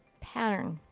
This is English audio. pattern.